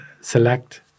select